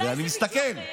אני מסתכל.